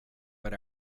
but